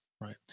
Right